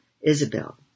Isabel